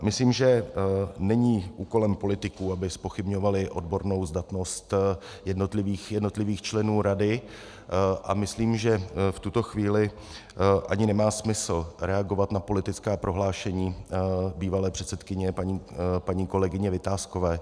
Myslím, že není úkolem politiků, aby zpochybňovali odbornou zdatnost jednotlivých členů rady, a myslím, že v tuto chvíli ani nemá smysl reagovat na politická prohlášení bývalé předsedkyně paní kolegyně Vitáskové.